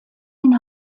den